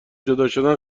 جداشدن